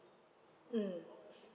mm